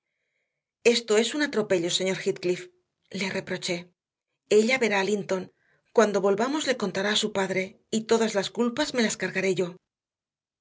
esto es un atropello señor heathcliff le reprochéella verá a linton cuando volvamos le contará a su padre y todas las culpas me las cargaré yo